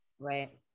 right